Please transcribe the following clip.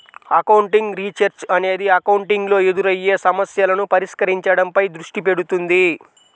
accounting research అనేది accounting లో ఎదురయ్యే సమస్యలను పరిష్కరించడంపై దృష్టి పెడుతుంది